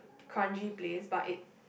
kranji place but it